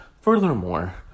Furthermore